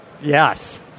yes